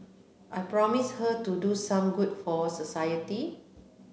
I promise her to do some good for society